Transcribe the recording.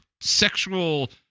sexual